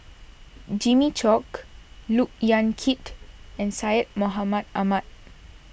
Jimmy Chok Look Yan Kit and Syed Mohamed Ahmed